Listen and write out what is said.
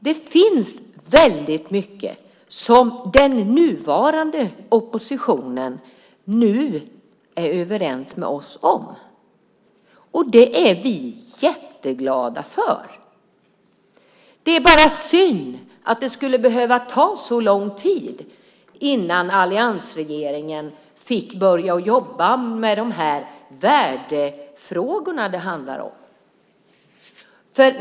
Det finns väldigt mycket som den nuvarande oppositionen nu är överens med oss om, och det är vi jätteglada för. Det är bara synd att det skulle behöva ta så lång tid innan alliansregeringen fick börja jobba med dessa värdefrågor som det handlar om.